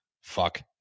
Fuck